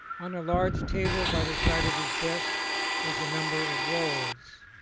on a large table by the side of his desk was a number of rolls.